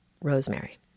rosemary